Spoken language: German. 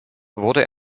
wurde